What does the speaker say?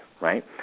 right